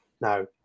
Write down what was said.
Now